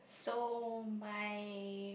so my